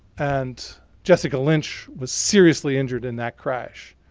and jessica lynch was seriously injured in that crash.